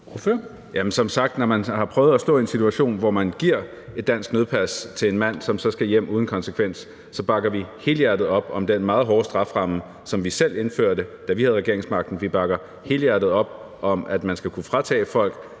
som sagt: Når man har prøvet at stå i en situation, hvor man giver et dansk nødpas til en mand, som så skal hjem uden konsekvenser, så bakker man helhjertet op om den meget hårde strafferamme, som vi selv indførte, da vi havde regeringsmagten. Vi bakker helhjertet op om, at man skal kunne fratage folk